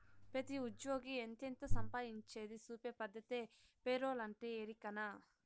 పెతీ ఉజ్జ్యోగి ఎంతెంత సంపాయించేది సూపే పద్దతే పేరోలంటే, ఎరికనా